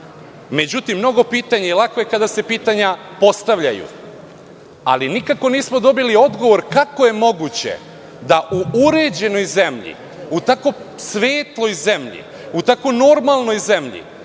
Leskovcu.Međutim, mnogo je pitanja i lako je kada se pitanja postavljaju, ali nikako nismo dobili odgovor na pitanje - kako je moguće da u uređenoj zemlji, u tako svetloj zemlji, u tako normalnoj zemlji,